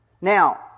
Now